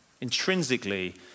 Intrinsically